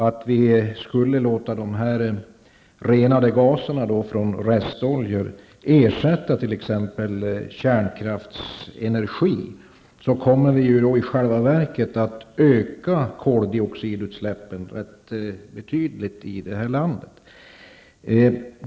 Om vi skulle låta de renade gaserna från restoljor ersätta t.ex. kärnkraftsenergi kommer vi i själva verket att öka koldioxidutsläppen i landet betydligt.